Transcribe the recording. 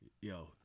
yo